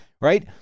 right